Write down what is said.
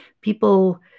people